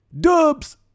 Dubs